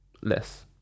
less